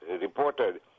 reported